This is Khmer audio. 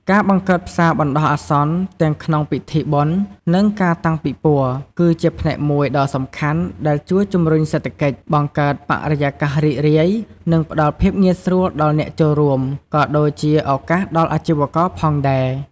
ការបង្កើតផ្សារបណ្ដោះអាសន្នទាំងក្នុងពិធីបុណ្យ និងការតាំងពិព័រណ៍ គឺជាផ្នែកមួយដ៏សំខាន់ដែលជួយជំរុញសេដ្ឋកិច្ច បង្កើតបរិយាកាសរីករាយ និងផ្ដល់ភាពងាយស្រួលដល់អ្នកចូលរួម ក៏ដូចជាឱកាសដល់អាជីវករផងដែរ។